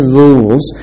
rules